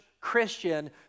Christian